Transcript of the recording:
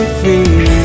free